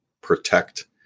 protect